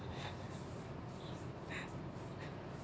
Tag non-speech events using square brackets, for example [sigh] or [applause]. [laughs]